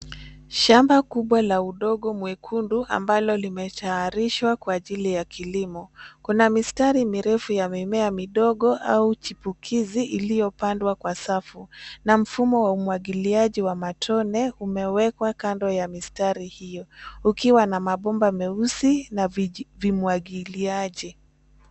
Shamba kubwa la udongo mwekundu ambalo limetayarishwa kwa ajili ya kilimo. Kuna mistari mirefu ya mimea midogo au chipukizi iliyopandwa kwa safu na mfumo wa umwagiliaji wa matone umewekwa kando ya mistari hiyo ukiwa na mabomba meusi na vimwagiliaji.